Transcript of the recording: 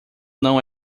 não